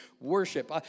worship